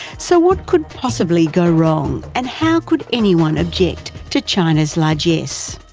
so, what could possibly go wrong and how could anyone object to china's largess?